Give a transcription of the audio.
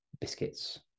biscuits